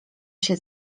się